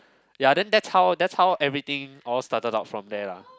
ya then that's how that's how everything all started out from there lah